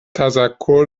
تذکر